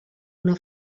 una